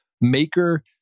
maker